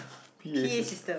P_A sys~